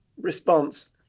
response